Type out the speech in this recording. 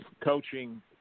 coaching